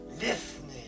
listening